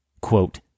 quote